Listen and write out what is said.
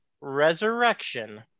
Resurrection